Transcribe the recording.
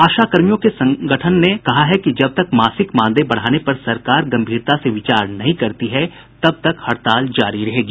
आशाकर्मियों के संगठन ने कहा है कि जब तक मासिक मानदेय बढ़ाने पर सरकार गंभीरता से विचार नहीं करती है तब तक हड़ताल जारी रहेगी